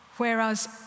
Whereas